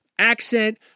Accent